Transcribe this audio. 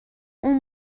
اون